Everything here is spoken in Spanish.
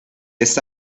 esta